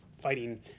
fighting